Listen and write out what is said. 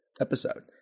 episode